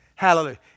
Hallelujah